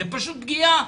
זו פשוט פגיעה.